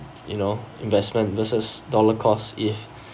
you know investment versus dollar cost if